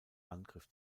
angriff